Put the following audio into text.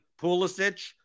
Pulisic